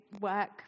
work